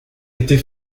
était